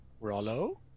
Rollo